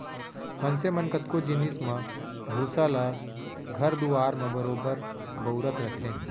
मनसे मन कतको जिनिस म भूसा ल घर दुआर म बरोबर बउरत रथें